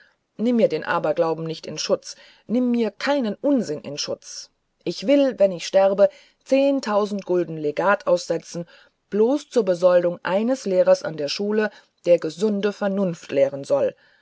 nimm mir den aberglauben nicht in schutz nimm mir keinen unsinn in schutz ich will wenn ich sterbe zehntausend gulden legat aussetzen bloß zur besoldung eines lehrers an der schule der gesunde vernunft lehren soll